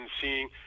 seeing